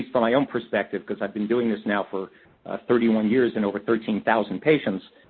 least from my own perspective, because i've been doing this now for thirty one years and over thirteen thousand patients.